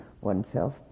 oneself